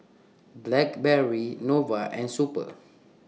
Blackberry Nova and Super